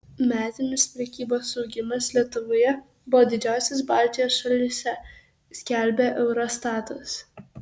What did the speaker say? metinis prekybos augimas lietuvoje buvo didžiausias baltijos šalyse skelbia eurostatas